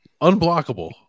Unblockable